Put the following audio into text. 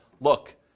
look